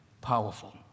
powerful